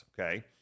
okay